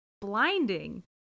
blinding